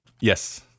yes